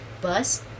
bus